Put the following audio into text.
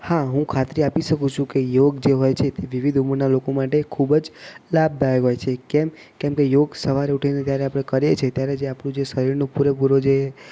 હા હું ખાતરી આપી શકું છું કે યોગ જે હોય છે તે વિવિધ ઉંમરનાં લોકો માટે ખૂબ જ લાભદાયક હોય છે કેમ કેમકે યોગ સવારે ઊઠીને જ્યારે આપણે કરીએ છીએ ત્યારે જે આપણું જે શરીરનો પૂરે પૂરો જે